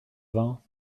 vingts